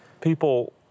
people